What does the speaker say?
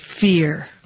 fear